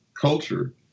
culture